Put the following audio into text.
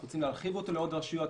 אנחנו רוצים להרחיב אותו לעוד רשויות,